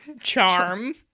charm